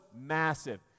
massive